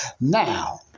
Now